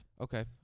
Okay